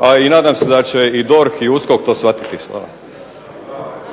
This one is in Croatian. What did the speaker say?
a i nadam se da će i DORH i USKOK to shvatiti.